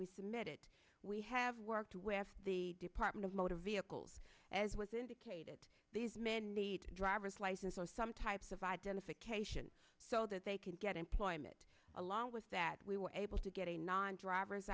we submitted we have worked with the department of motor vehicles as was indicated the driver's license or some type of identification so that they could get employment along with that we were able to get a non drivers